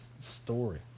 story